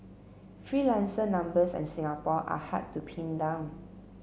freelancer numbers in Singapore are hard to pin down